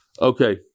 Okay